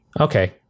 Okay